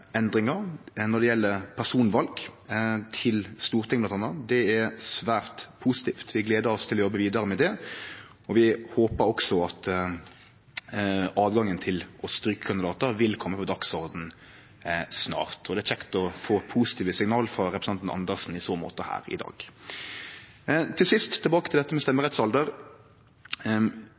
endringar når det gjeld personval til Stortinget bl.a. Det er svært positivt. Vi gleder oss til å jobbe vidare med det, og vi håpar også at høvet til å stryke kandidatar vil kome på dagsordenen snart. Det er kjekt å få positive signal frå representanten Andersen i så måte her i dag. Til sist tilbake til dette med stemmerettsalder: